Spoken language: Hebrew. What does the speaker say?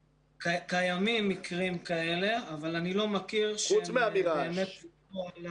קיימים מקרים כאלה, אבל אני לא מכיר שהם ויתרו על